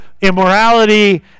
immorality